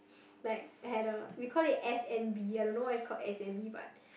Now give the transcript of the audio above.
like henna we call it S M B I don't know why it's called S M B but